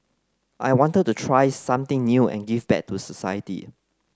I wanted to try something new and give back to society